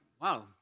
Wow